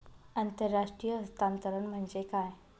आंतरराष्ट्रीय हस्तांतरण म्हणजे काय?